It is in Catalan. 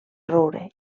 roure